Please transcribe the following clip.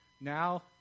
Now